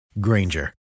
Granger